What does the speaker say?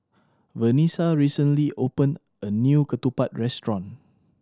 Vanessa recently opened a new ketupat restaurant